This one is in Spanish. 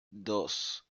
dos